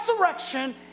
resurrection